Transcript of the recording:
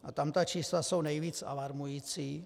A tam ta čísla jsou nejvíc alarmující.